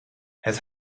het